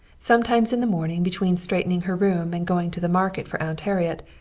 sometimes in the morning between straightening her room and going to the market for aunt harriet,